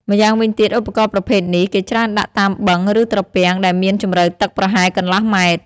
ម្យ៉ាងវិញទៀត ឧបករណ៍ប្រភេទនេះ គេច្រើនដាក់តាមបឹង ឬត្រពាំងដែលមានជម្រៅទឹកប្រហែលកន្លះម៉ែត្រ។